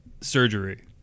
surgery